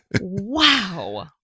Wow